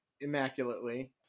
immaculately